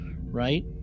right